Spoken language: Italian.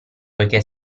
poiché